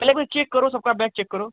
पहले भाई चेक करो सबका बैग चेक करो